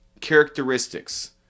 characteristics